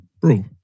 Bro